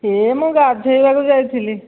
ଏ ମୁଁ ଗାଧୋଇବାକୁ ଯାଇଥିଲି